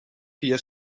via